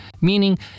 meaning